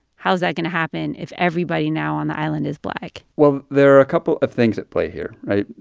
how's that going to happen if everybody now on the island is black? well, there are a couple of things at play here, right?